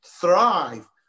thrive